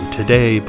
today